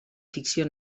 ficció